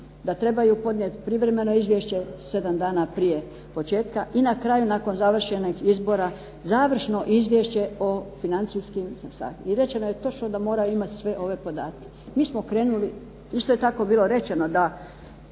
da trebaju podnijeti privremeno izvješće sedam dana prije početka i na kraju nakon završenih izbora završno izvješće o financijskim transakcijama. I rečeno je da moraju imati sve ove podatke. Mi smo krenuli, isto je tako bilo rečeno da